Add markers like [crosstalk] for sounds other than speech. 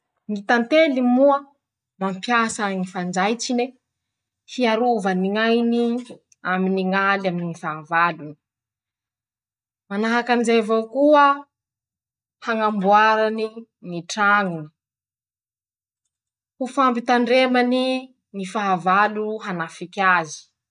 Ñy tantely moa mampiasa ñy fanjaitsine hiarovany ñ'ainy [shushes] aminy ñ'aly aminy ñy fahavalo ;manahaky anizay avao koa. [shushes] hañamboarany ñy traño. ho fampitandremany ñy fahavalo hanafiky azy.